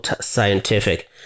scientific